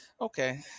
Okay